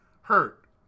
hurt